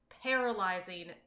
paralyzing